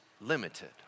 limited